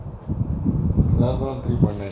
last on three point nine